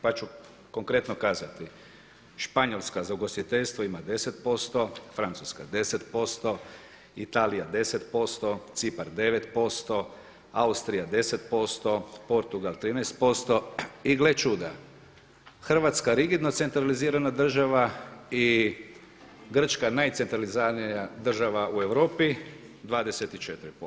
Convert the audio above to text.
Pa ću konkretno kazati, Španjolska za ugostiteljstvo ima 10%, Francuska 10%, Italija 10%, Cipar 9%, Austrija 10%, Portugal 13% i gle čuda Hrvatska rigidno centralizirana država i Grčka najcentraliziranija država u Europi 24%